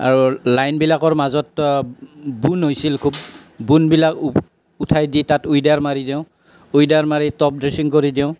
আৰু লাইনবিলাকৰ মাজত বোল হৈছিল খুব বোনবিলাক উ উঠাই দি তাত উইডাৰ মাৰি দিওঁ উইডাৰ মাৰি টপ ড্ৰেছিং কৰি দিওঁ